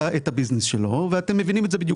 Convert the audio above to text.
הביזנס שלו ואתם מבינים את זה בדיוק כמוני.